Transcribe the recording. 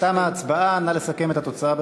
תמה ההצבעה, נא לסכם את התוצאה.